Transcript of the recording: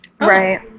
Right